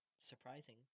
Surprising